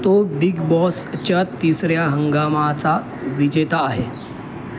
तो बिग बॉसच्या तिसऱ्या हंगामाचा विजेता आहे